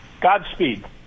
Godspeed